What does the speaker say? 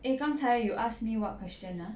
eh 刚才 you ask me what question ah